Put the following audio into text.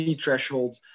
threshold